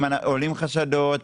אם עולים חשדות,